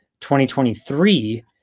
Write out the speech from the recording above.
2023